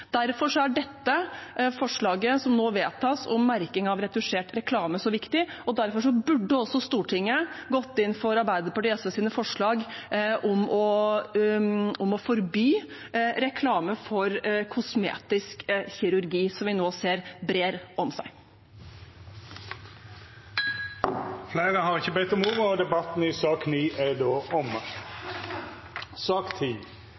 Derfor er dette forslaget som nå vedtas om merking av retusjert reklame, så viktig, og derfor burde også Stortinget ha gått inn for Arbeiderpartiet og SVs forslag om å forby reklame for kosmetisk kirurgi, som vi nå ser brer om seg. Fleire har ikkje bedt om ordet til sak nr. 9. Etter ynske frå familie- og kulturkomiteen vil presidenten ordna debatten